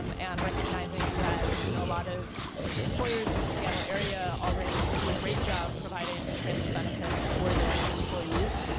um and recognizing that you know, a lot of employers in the seattle area already do a great job providing transit benefits for their employees.